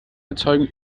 erzeugen